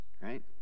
right